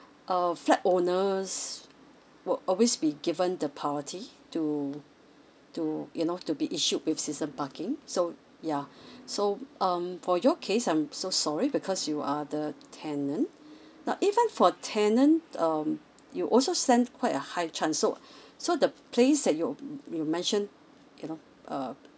uh flat owners will always be given the priority to to you know to be issued with season parking so yeuh so um for your case I'm so sorry because you are the tenant now even for tenant um you also send quite a high chance so so the place that you you mentioned you know uh